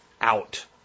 out